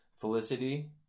Felicity